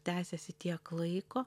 tęsiasi tiek laiko